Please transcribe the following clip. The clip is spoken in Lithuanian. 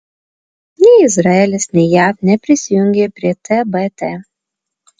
nei izraelis nei jav neprisijungė prie tbt